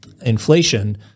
inflation